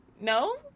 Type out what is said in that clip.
No